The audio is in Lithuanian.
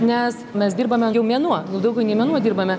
nes mes dirbame jau mėnuo daugiau nei mėnuo dirbame